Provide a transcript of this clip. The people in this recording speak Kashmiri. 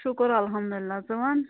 شُکُر المدُاللہ ژٕ وَن